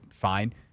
fine